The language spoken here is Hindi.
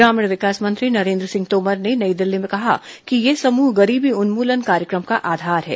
ग्रामीण विकास मंत्री नरेन्द्र सिंह तोमर ने नई दिल्ली में कहा कि यह समूह गरीबी उन्मूलन कार्यक्रम का आधार है